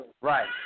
Right